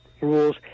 rules